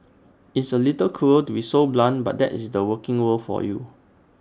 it's A little cruel to be so blunt but that's the working world for you